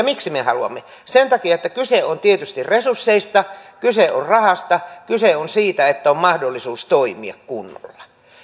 miksi me haluamme sen takia että kyse on tietysti resursseista kyse on rahasta kyse on siitä että on mahdollisuus toimia kunnolla